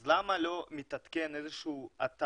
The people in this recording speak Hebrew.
אז למה לא מתעדכן איזה שהוא אתר